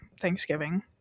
Thanksgiving